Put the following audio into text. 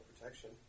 protection